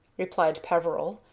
replied peveril,